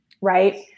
right